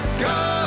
Go